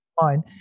fine